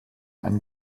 ein